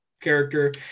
character